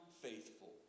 faithful